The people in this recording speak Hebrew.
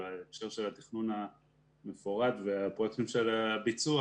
בהקשר של התכנון המפורט והפרויקטים של הביצוע,